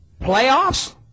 Playoffs